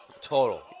Total